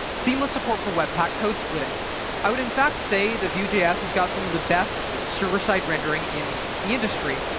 seamless support for webpack code-splitting. i would in fact say that vue js has got some of the best server side rendering in the industry.